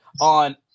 On